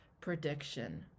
prediction